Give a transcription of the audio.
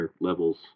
levels